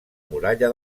muralla